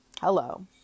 Hello